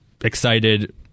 excited